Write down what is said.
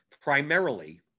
primarily